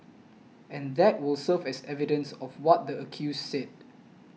and that will serve as evidence of what the accused said